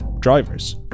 drivers